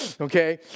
okay